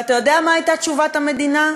ואתה יודע מה הייתה תשובת המדינה,